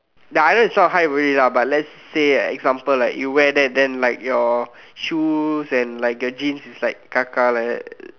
the other is not hype already lah but let's say like example like you wear that then like your shoes and like your jeans is like கக்கா:kakkaa like that